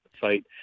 site